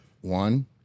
one